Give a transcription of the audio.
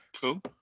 Cool